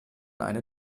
eine